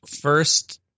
first